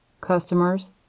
Customers